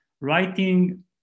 writing